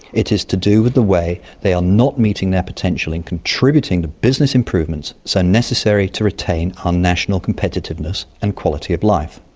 it is to do with the way they are not meeting their potential in contributing the business improvements so necessary to retain our ah national competitiveness and quality of life.